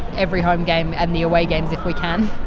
every home game and the away games if we can.